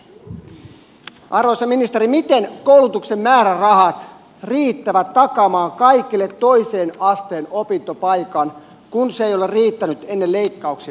arvoisa ministeri miten koulutuksen määrärahat riittävät takaamaan kaikille toisen asteen opintopaikan kun ne eivät ole riittäneet ennen leikkauksiakaan